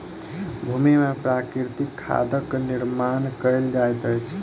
भूमि में प्राकृतिक खादक निर्माण कयल जाइत अछि